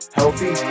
healthy